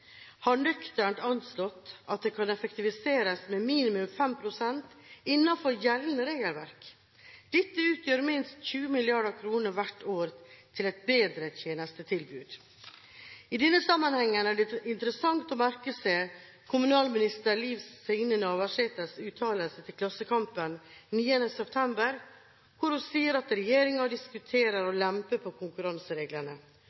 har nøkternt anslått at det kan effektiviseres med minimum 5 pst. innenfor gjeldende regelverk. Dette utgjør minst 20 mrd. kr hvert år til et bedre tjenestetilbud. I denne sammenheng er det interessant å merke seg kommunalminister Liv Signe Navarsetes uttalelser til Klassekampen 9. september, hvor hun sier at regjeringen diskuterer å